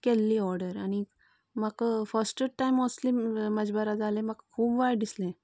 केल्ली ऑर्डर आनी म्हाका फर्स्टच टायम असले म्हाजे बराबर जालें म्हाका खूब वायट दिसलें